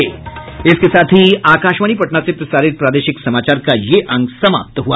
इसके साथ ही आकाशवाणी पटना से प्रसारित प्रादेशिक समाचार का ये अंक समाप्त हुआ